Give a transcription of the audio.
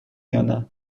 یانه